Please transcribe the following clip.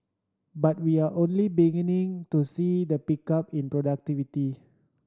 but we are only beginning to see the pickup in productivity